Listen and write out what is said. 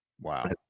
Wow